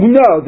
no